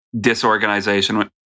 disorganization